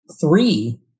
three